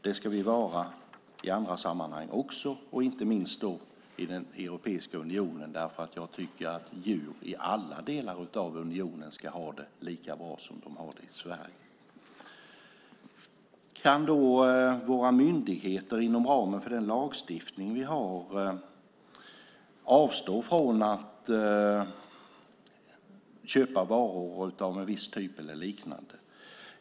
Det ska vi vara i andra sammanhang också, och inte minst i Europeiska unionen, därför att jag tycker att djur i alla delar av unionen ska ha det lika bra som de har det i Sverige. Kan då våra myndigheter inom ramen för den lagstiftning vi har avstå från att köpa varor av en viss typ eller liknande?